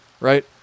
right